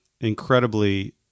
incredibly